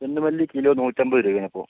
ചെണ്ടുമല്ലി കിലോ നൂറ്റമ്പത് രൂപയാണിപ്പോൾ